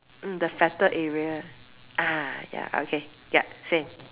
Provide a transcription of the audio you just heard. mm the fatter area ah ya okay yup same